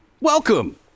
Welcome